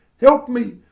help me!